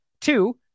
Two